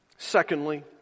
Secondly